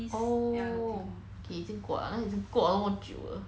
oh okay 已经过来那个已经过了那么久 liao